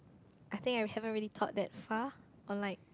I think I haven't really thought that far or like